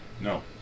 No